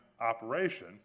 operation